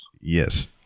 Yes